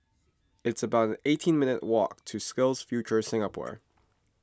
it's about eighteen minutes' walk to SkillsFuture Singapore